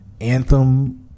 Anthem